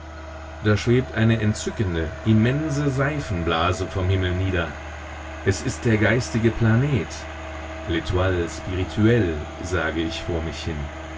da schwebt eine entzückende immense seifenblase vom himmel nieder es ist der geistige planet l'etoile spirituelle sage ich vor mich hin